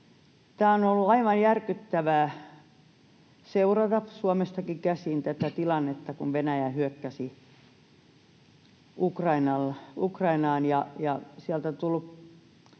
On ollut aivan järkyttävää seurata Suomestakin käsin tätä tilannetta, kun Venäjä hyökkäsi Ukrainaan, ja sieltä on tullut